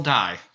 die